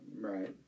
Right